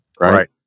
right